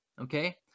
Okay